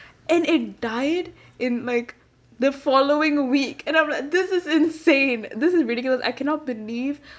and it died in like the following week and I'm like this is insane this is ridiculous I cannot believe